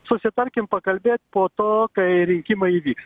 susitarkim pakalbėt po to kai rinkimai įvyks